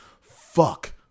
Fuck